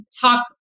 talk